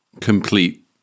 complete